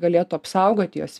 galėtų apsaugoti jos